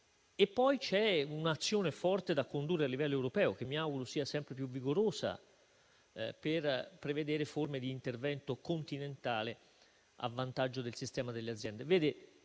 poi un'azione forte da condurre a livello europeo, che mi auguro sia sempre più vigorosa, per prevedere forme di intervento continentale a vantaggio del sistema delle aziende.